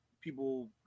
people